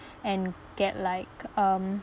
and get like um